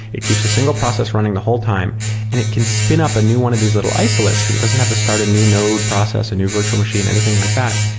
it keeps a single process running the whole time and it can spin up a new one of these little isolates, because it doesn't have to start a new node process, a new virtual machine, anything like that,